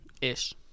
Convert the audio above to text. Ish